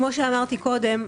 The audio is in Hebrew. כמו שאמרתי קודם,